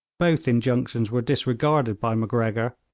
both injunctions were disregarded by macgregor,